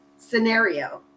scenario